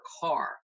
car